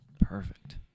Perfect